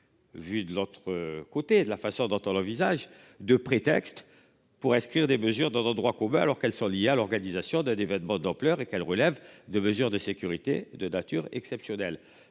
Vu de l'autre côté de la façon dont on envisage de prétexte pour inscrire des mesures dans droit commun alors qu'elles sont liées à l'organisation de d'événements d'ampleur et qu'elle relève de mesures de sécurité de nature exceptionnelle